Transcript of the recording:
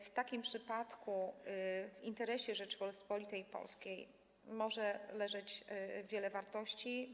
W takim przypadku w interesie Rzeczypospolitej Polskiej może leżeć wiele wartości.